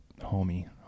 homie